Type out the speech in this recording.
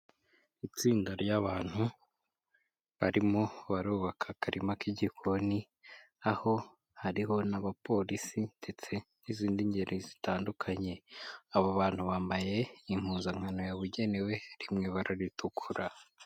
Itsinda ry'abantu barimo barubaka akarima k'igikoni aho hariho n'abapolisi ndetse n'izindi ngeri zitandukanye, abo bantu bambaye impuzankano yabugenewe iri mu ibara ritukura.